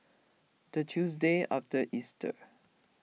the Tuesday after Easter